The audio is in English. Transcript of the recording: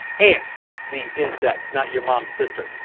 ants the insects, not your mom's sister.